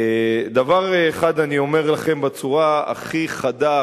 דבר אחד אני אומר לכם בצורה הכי חדה,